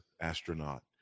astronaut